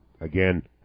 Again